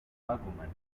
counterargument